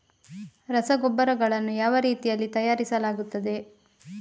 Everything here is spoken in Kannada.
ರಸಗೊಬ್ಬರಗಳನ್ನು ಯಾವ ರೀತಿಯಲ್ಲಿ ತಯಾರಿಸಲಾಗುತ್ತದೆ?